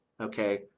okay